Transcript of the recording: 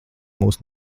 mūs